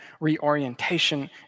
reorientation